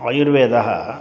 आयुर्वेदः